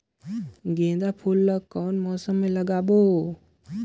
गेंदा फूल ल कौन मौसम मे लगाबो?